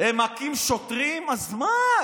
הם מכים שוטרים, אז מה?